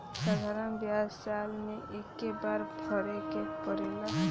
साधारण ब्याज साल मे एक्के बार भरे के पड़ेला